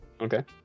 Okay